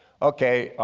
okay,